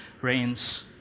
reigns